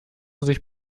sich